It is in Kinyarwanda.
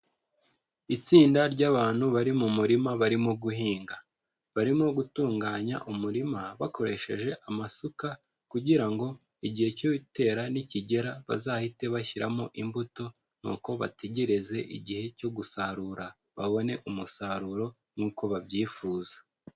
Itsinda ry'abantu bari mu murima barimo guhinga. Barimo gutunganya umurima bakoresheje amasuka kugira ngo igihe cyo kubitera nikigera bazahite bashyiramo imbuto nuko bategereze igihe cyo gusarura babone umusaruro nkuko babyifuza.